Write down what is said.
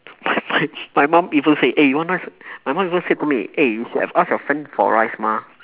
my my my mum even say eh you want rice my mum even say to me eh you should have asked your friend for rice mah